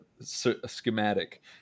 schematic